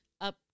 up